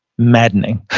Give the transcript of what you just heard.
maddening.